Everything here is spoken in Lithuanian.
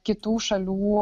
kitų šalių